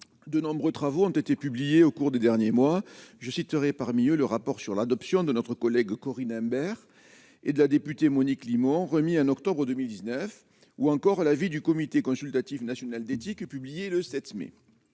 de nombreux travaux ont été publiés au cours des derniers mois, je citerai parmi eux, le rapport sur l'adoption de notre collègue Corinne Imbert et de la députée Monique Limon remis en octobre 2019, ou encore à l'avis du comité consultatif national d'éthique, publié le 7 mai